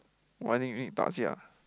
why nick you need 打架